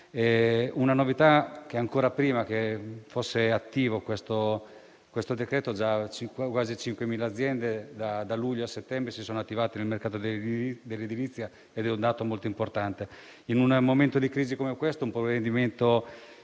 una novità che, ancora prima che fosse attivo questo decreto, già quasi 5000 aziende, da luglio a settembre, si fossero attivate nel mercato dell'edilizia. È un dato molto importante. In un momento di crisi come questo, un provvedimento